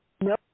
no